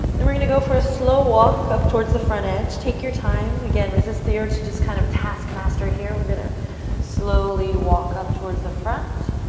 we're going to go for a slow walk up towards the front edge. take your time. again, resist the urge to just kind of task master here. we're going to slowly walk up towards the front.